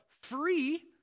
free